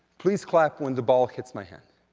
please clap when the ball hits my hand.